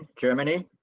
Germany